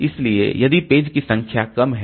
इसलिए यदि पेज की संख्या कम है